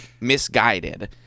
misguided